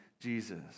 Jesus